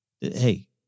Hey